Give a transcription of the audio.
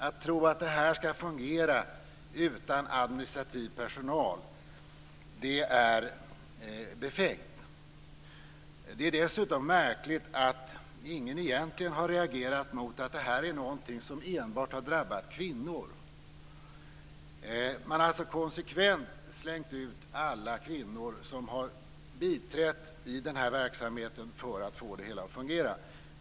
Att tro att detta skall fungera utan administrativ personal är befängt. Det är dessutom märkligt att ingen egentligen har reagerat mot att detta är något som har drabbat enbart kvinnor. Man har alltså konsekvent slängt ut alla kvinnor som har biträtt i denna verksamhet för att få det hela att fungera.